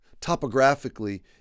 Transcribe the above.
topographically